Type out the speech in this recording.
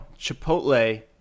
Chipotle